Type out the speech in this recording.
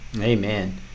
Amen